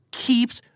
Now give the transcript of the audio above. keeps